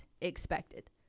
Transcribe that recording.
expected